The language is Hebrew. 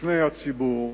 בפני הציבור,